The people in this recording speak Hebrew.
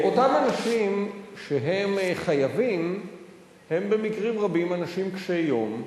אותם אנשים שהם חייבים הם במקרים רבים אנשים קשי-יום,